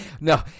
No